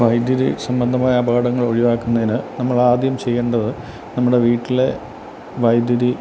വൈദ്യുതി സംബന്ധമായ അപകടങ്ങൾ ഒഴിവാക്കുന്നതിന് നമ്മൾ ആദ്യം ചെയ്യേണ്ടത് നമ്മുടെ വീട്ടിലെ വൈദ്യുതി